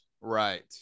Right